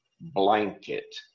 blanket